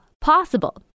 possible